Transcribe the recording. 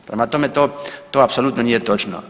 Prema tome, to, to apsolutno nije točno.